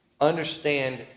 understand